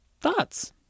Thoughts